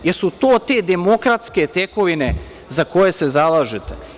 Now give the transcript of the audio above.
Da li su to te demokratske tekovine za koje se zalažete?